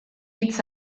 hitz